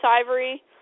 Ivory